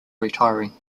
retiring